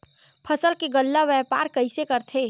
फसल के गल्ला व्यापार कइसे करथे?